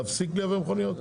להפסיק לייבא מכוניות?